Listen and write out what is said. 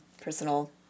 personal